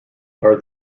are